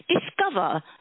Discover